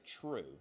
true